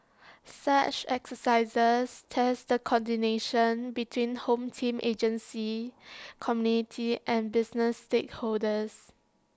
such exercises test the coordination between home team agencies community and business stakeholders